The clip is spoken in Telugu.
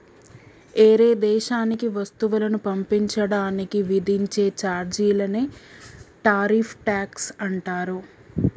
ఏరే దేశానికి వస్తువులను పంపించడానికి విధించే చార్జీలనే టారిఫ్ ట్యాక్స్ అంటారు